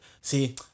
See